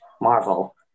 Marvel